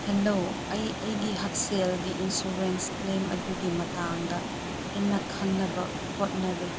hello ꯑꯩ ꯑꯩꯒꯤ ꯍꯛꯁꯦꯜꯒꯤ ꯏꯟꯁꯨꯔꯦꯟꯁ ꯀ꯭ꯂꯦꯝ ꯑꯗꯨꯒꯤ ꯃꯇꯥꯡꯗ ꯍꯦꯟꯅ ꯈꯪꯅꯕ ꯍꯣꯠꯅꯔꯤ